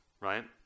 right